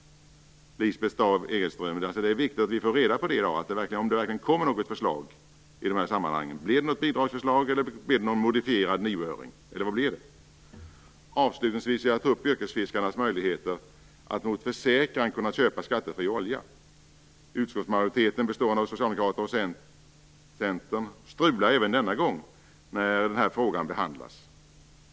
Lisbeth Staaf-Igelström, det är alltså viktigt att vi i dag får reda på om det verkligen kommer något förslag. Blir det något bidragsförslag, någon modifierad nioöring eller vad? Avslutningsvis vill jag ta upp yrkesfiskarnas möjligheter att mot försäkran kunna köpa skattefri olja. Utskottsmajoriteten bestående av Socialdemokraterna och Centern strular även denna gång när denna fråga behandlas.